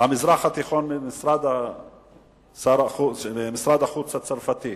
לענייני המזרח התיכון במשרד החוץ הצרפתי,